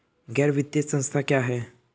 गैर वित्तीय संस्था क्या है?